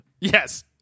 yes